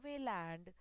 land